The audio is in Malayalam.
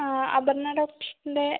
ആ അപർണ്ണ ഡോക്ടറിൻ്റെ